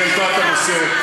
היא העלתה את הנושא,